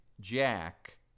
Jack